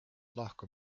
lahku